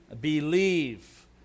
believe